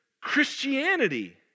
Christianity